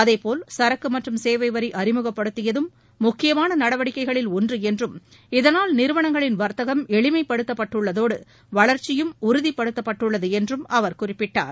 அதேபோல் சரக்கு மற்றும் சேவை வரி அறிமுகப்படுத்தியதும் முக்கியமான நடவடிக்கைகளில் ஒன்று இதனால் நிறுவனங்களின் வர்த்தகம் என்றம் எளிமைப்படுத்தப்பட்டுள்ளதோடு வளர்ச்சியும் உறுதிப்படுத்தப்பட்டுள்ளது என்றும் அவர் குறிப்பிட்டார்